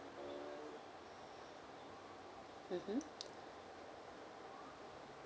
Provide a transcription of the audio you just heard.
mmhmm